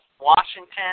Washington